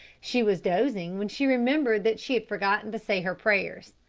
she was dozing when she remembered that she had forgotten to say her prayers.